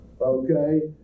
Okay